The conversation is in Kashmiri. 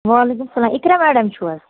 وعلیکُم سلام اِقراء میڈَم چھُو حظ